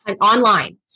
online